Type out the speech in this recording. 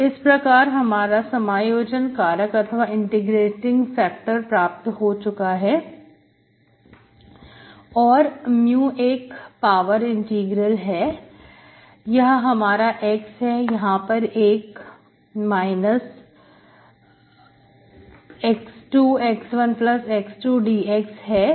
तो इस प्रकार हमारा समायोजन कारण अथवा इंटीग्रेटिंग फैक्टर प्राप्त हो चुका है mu एक पावर इंटीग्रल है यह हमारा x है यहां पर एक 2 x1x2 dx है